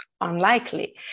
unlikely